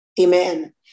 Amen